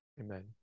Amen